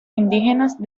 indígenas